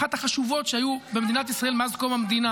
אחת החשובות שהיו במדינת ישראל מאז קום המדינה.